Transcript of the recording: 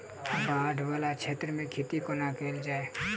बाढ़ वला क्षेत्र मे खेती कोना कैल जाय?